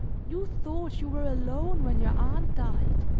you thought you were alone when your aunt died!